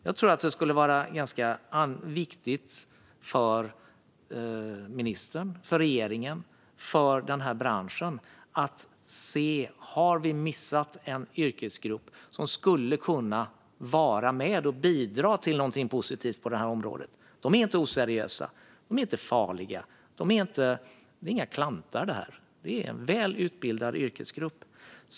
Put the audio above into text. Jag tror att det är viktigt för ministern, regeringen och branschen att se om en yrkesgrupp har missats som skulle kunna vara med och bidra till något positivt på området. De är inte oseriösa, farliga eller klantar, utan de är en väl utbildad yrkesgrupp.